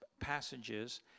passages